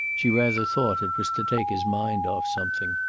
she rather thought it was to take his mind off something.